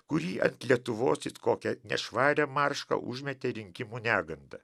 kurį ant lietuvos it kokią nešvarią maršką užmetė rinkimų neganda